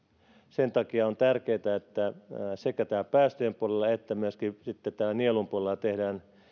sen takia on tärkeätä että sekä päästöjen puolella että myöskin sitten nielun puolella tehdään